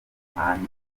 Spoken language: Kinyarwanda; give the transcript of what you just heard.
impande